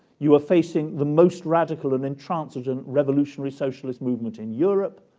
you are facing the most radical and intransigent revolutionary socialist movement in europe.